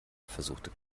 versuchte